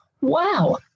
wow